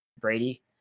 Brady